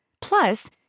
Plus